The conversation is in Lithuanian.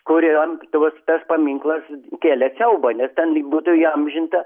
kuriom tuos tas paminklas kėlė siaubą nes ten lyg būtų įamžinta